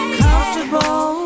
comfortable